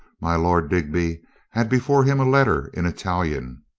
my lord digby had before him a letter in ital ian,